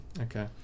Okay